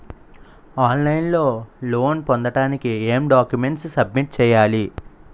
On line లో loan పొందటానికి ఎం డాక్యుమెంట్స్ సబ్మిట్ చేయాలి?